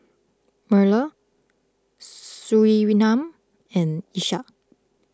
Melur Surinam and Ishak